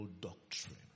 doctrine